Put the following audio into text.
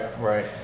Right